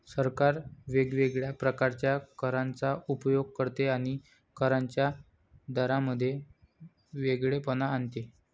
सरकार वेगवेगळ्या प्रकारच्या करांचा उपयोग करते आणि करांच्या दरांमध्ये वेगळेपणा आणते